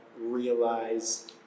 realize